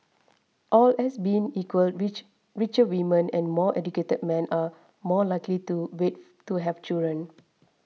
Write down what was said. all else being equal rich richer women and more educated men are more likely to wait to have children